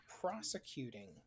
prosecuting